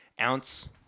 ounce